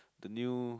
the new